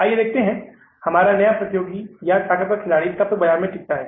आइए देखते हैं हमारा नया प्रतियोगी या ताकतवर खिलाड़ी कब तक बाजार में टिकता है